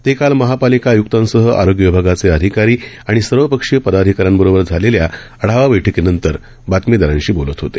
ते काल महापालिका आयुक्तांसह आरोग्य विभागाचे अधिकारी आणि सर्वपक्षीय पदाधिकाऱ्यांबरोबर झालेल्या आढावा बैठकीनंतर बातमीदारांशी बोलत होते